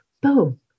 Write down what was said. boom